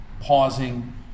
pausing